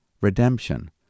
redemption